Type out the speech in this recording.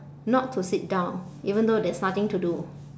not to sit down even though there's nothing to do